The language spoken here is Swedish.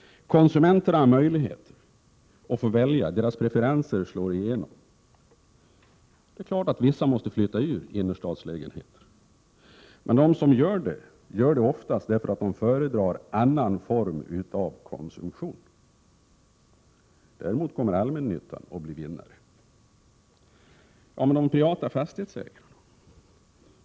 Konsumenterna har möjlighet att välja — deras preferenser slår igenom. Det är klart att vissa måste flytta ut ur innerstadslägenheter, men de som gör det föredrar oftast annan form av konsumtion. Däremot kommer allmännyttan att bli vinnare. Men hur går det då för de privata fastighetsägarna?